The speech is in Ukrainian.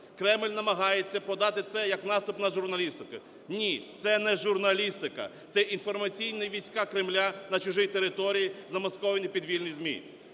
Кремль намагається подати це як наступ на журналістику. Ні, це не журналістика. Це інформаційні війська Кремля на чужій території, замасковані під вільні ЗМІ.